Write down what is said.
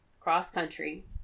cross-country